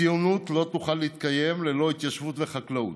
ציונות לא תוכל להתקיים ללא התיישבות וחקלאות.